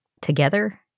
together